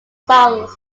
songs